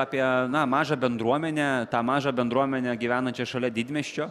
apie aną mažą bendruomenę tą mažą bendruomenę gyvenančią šalia didmiesčio